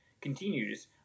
continues